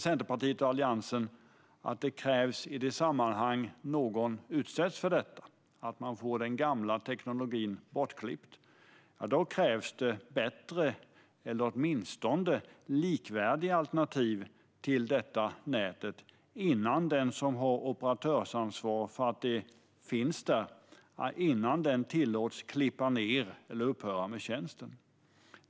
Centerpartiet och Alliansen anser att det, när någon utsätts för att den gamla teknologin tas bort, krävs bättre eller åtminstone likvärdiga alternativ till det nätet innan den som har operatörsansvar tillåts klippa ned eller upphöra med tjänsten.